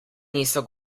niso